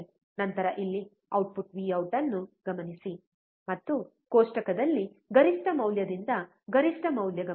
ನಂತರ ಇಲ್ಲಿ output V out ಅನ್ನು ಗಮನಿಸಿ ಮತ್ತು ಕೋಷ್ಟಕದಲ್ಲಿ ಗರಿಷ್ಠ ಮೌಲ್ಯದಿಂದ ಗರಿಷ್ಠ ಮೌಲ್ಯ ಗಮನಿಸಿ